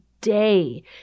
day